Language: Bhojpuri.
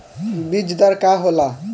बीज दर का होला?